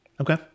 Okay